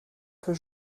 peu